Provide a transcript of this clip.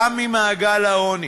גם ממעגל העוני.